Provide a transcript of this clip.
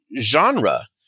genre